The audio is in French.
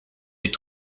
est